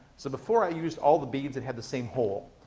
so before, i used all the beads that had the same hole,